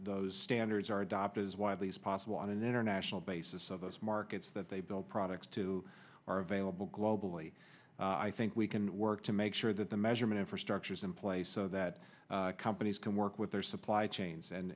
those standards are adopted as widely as possible on an international basis of those markets that they build products to are available globally i think we can work to make sure that the measurement infrastructure is in place so that companies can work with their supply chains and